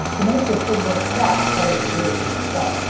to make the signal's clock part of the datastream itself,